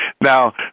Now